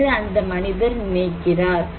என்று அந்த மனிதர் நினைக்கிறார்